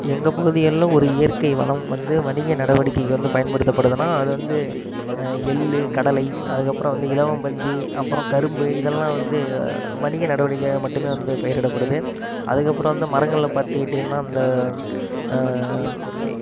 எங்கள் பகுதிகளில் ஒரு இயற்கை வளம் வந்து வணிக நடவடிக்கைக்கு வந்து பயன்படுத்தப்படுதுனால் அது வந்து எள் கடலை அதுக்கப்புறம் வந்து இலவம்பஞ்சு அப்புறம் கரும்பு இதெல்லாம் வந்து வணிக நடவடிக்கைக்காக மட்டுமே வந்து பயிரிடப்படுது அதுக்கப்புறம் வந்து மரங்களில் பார்த்துக்கிட்டீங்கன்னா இந்த இ